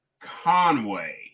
Conway